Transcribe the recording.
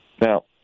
Now